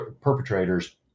perpetrators